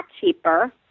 cheaper